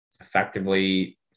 effectively